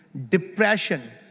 depression,